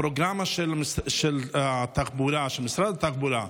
הפרוגרמה של משרד התחבורה,